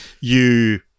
you-